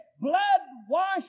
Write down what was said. blood-washed